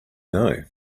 know